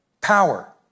power